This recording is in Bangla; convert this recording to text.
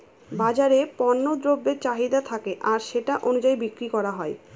বাজারে পণ্য দ্রব্যের চাহিদা থাকে আর সেটা অনুযায়ী বিক্রি করা হয়